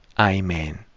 Amen